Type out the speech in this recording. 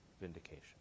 vindication